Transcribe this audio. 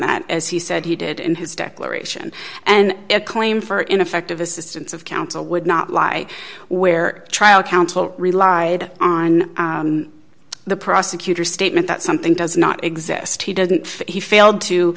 that as he said he did in his declaration and a claim for ineffective assistance of counsel would not lie where trial counsel relied on the prosecutor statement that something does not exist he didn't he failed to